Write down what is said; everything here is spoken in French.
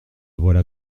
voilà